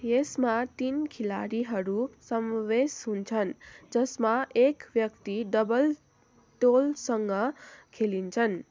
यसमा तिन खेलाडीहरू समावेश हुन्छन् जसमा एक व्यक्ति डबल टोलसँग खेलिन्छन्